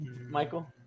Michael